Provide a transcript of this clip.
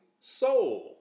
soul